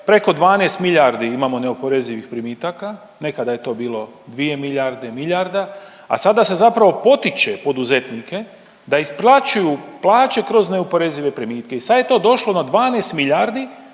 preko 12 miljardi imamo neoporezivih primitaka, nekada je to bilo 2 miljarde, miljarda, a sada se zapravo potiče poduzetnike da isplaćuju plaće kroz neoporezive primitke i sad je to došlo na 12 miljardi